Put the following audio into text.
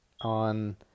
on